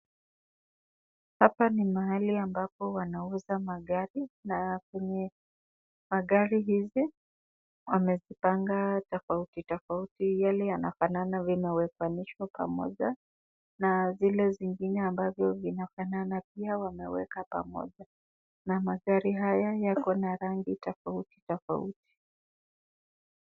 Hapa ni mahali ambapo wanauza magari na kwenye magari haya wameyapanga tofauti tofauti. Yale yanafanana yamewekwa pamoja na zile zingine ambazo zinafanana pia zimewekwa pamoja na magari haya yako na rangi tofauti tofauti.